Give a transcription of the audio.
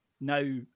Now